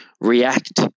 react